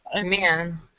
man